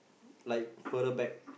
like further back